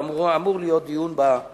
אמור להיות דיון בין